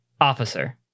officer